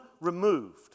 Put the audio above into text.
removed